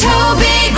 Toby